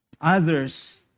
Others